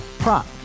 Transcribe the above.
Prop